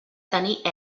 tenir